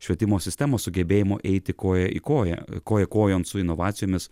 švietimo sistemos sugebėjimo eiti koja į koją koja kojon su inovacijomis